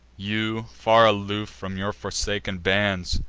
you, far aloof from your forsaken bands,